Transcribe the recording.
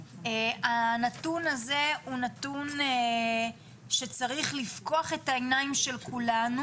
הנתון הזה הוא נתון שצריך לפקוח את העיניים של כולנו